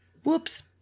Whoops